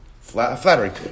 flattering